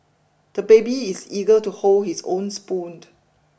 the baby is eager to hold his own spoon